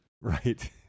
Right